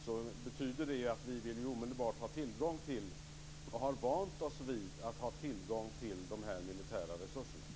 Det betyder att vi omedelbart vill ha tillgång till, och vi har vant oss vid att ha tillgång till, de militära resurserna.